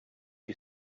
you